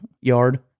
yard